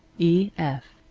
e. f.